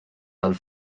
del